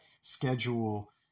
schedule